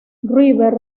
river